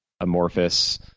Amorphous